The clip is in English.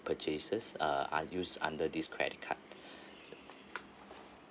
purchases uh are used under this credit card